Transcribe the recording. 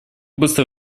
быстро